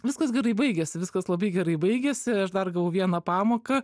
viskas gerai baigėsi viskas labai gerai baigėsi aš dar gavau vieną pamoką